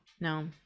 no